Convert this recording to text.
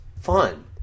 fun